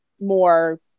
more